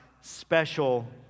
special